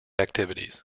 activities